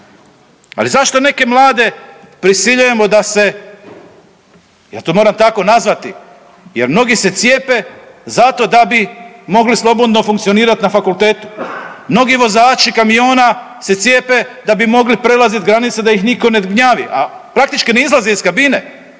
Ali zašto neke mlade prisiljujemo da se, ja to moram tako nazvati jer mnogi se cijepe zato da bi mogli slobodno funkcionirat na fakultetu. Mnogi vozači kamiona se cijepe da bi mogli prelazit granice da ih nitko ne gnjavi, a praktički ne izlaze iz kabine.